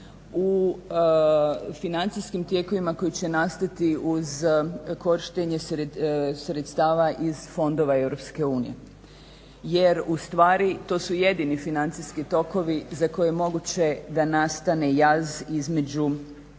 u financijskim tijekovima koji će nastati uz korištenje sredstava iz fondova EU. Jer u stvari to su jedini financijski tokovi za koje je moguće da nastane jaz između